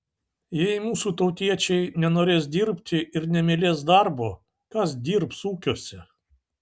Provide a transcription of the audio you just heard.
jei mūsų tautiečiai nenorės dirbti ir nemylės darbo kas dirbs ūkiuose